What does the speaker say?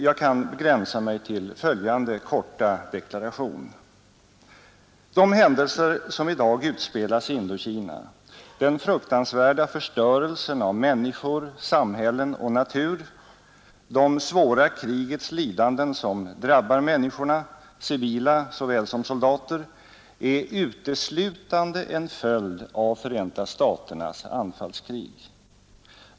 Jag kan begränsa mig till följande korta deklaration: De händelser som i dag utspelas i Indokina — den fruktansvärda förstörelsen av människor, samhällen och natur, de svåra krigets lidanden som drabbar människorna, civila såväl som soldater — är uteslutande en följd av Förenta staternas anfallskrig.